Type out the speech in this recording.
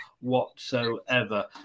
whatsoever